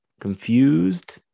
confused